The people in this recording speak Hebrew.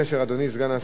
מתברר,